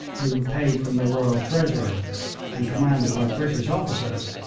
who, paid from the royal treasury and commanded by british officers,